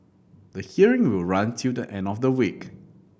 the hearing will run till the end of the week